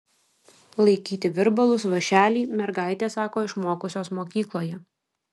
laikyti virbalus vąšelį mergaitės sako išmokusios mokykloje